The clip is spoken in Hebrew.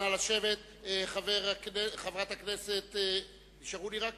חברת הכנסת רחל